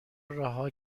رها